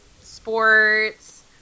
sports